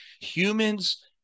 Humans